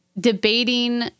debating